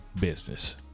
business